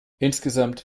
insgesamt